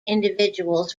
individuals